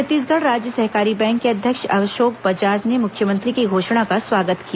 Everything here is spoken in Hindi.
छत्तीसगढ़ राज्य सहकारी बैंक के अध्यक्ष अशोक बजाज ने मुख्यमंत्री की घोषणा का स्वागत किया